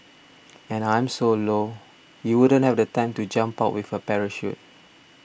and I'm so low you wouldn't have the time to jump out with a parachute